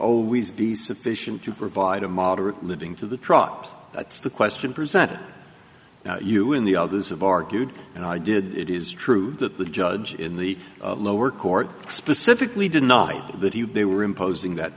always be sufficient to provide a moderate living to the truck that's the question presented to you in the others have argued and i did it is true that the judge in the lower court specifically denied that he had they were imposing that